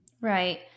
right